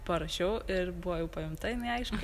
parašiau ir buvo jau paimta jinai aišku